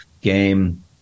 game